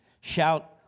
Shout